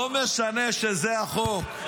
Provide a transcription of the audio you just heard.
לא משנה שזה החוק.